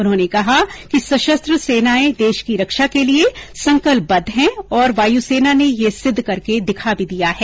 उन्होंने कहा कि सशस्त्र सेनाए देश की रक्षा के लिए संकल्पबद्ध हैं और वायुसेना ने यह सिद्ध करके दिखा भी दिया है